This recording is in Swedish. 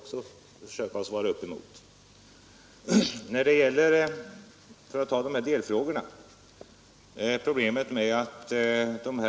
från Stockholm.